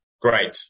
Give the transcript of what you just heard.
Great